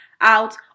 out